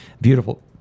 beautiful